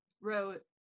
wrote